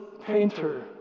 painter